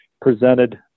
presented